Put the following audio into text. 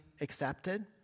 accepted